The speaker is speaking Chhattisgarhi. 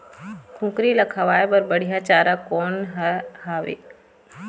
कुकरी ला खवाए बर बढीया चारा कोन हर हावे?